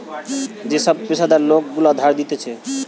যে সব পেশাদার লোক গুলা ধার দিতেছে